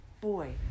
Boy